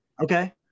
Okay